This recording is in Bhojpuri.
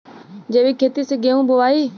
जैविक खेती से गेहूँ बोवाई